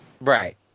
right